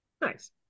Nice